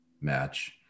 match